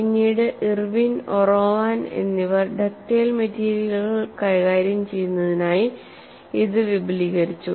പിന്നീട് Irwin Orowan എന്നിവർ ductile മെറ്റീരിയലുകൾ കൈകാര്യം ചെയ്യുന്നതിനായി ഇത് വിപുലീകരിച്ചു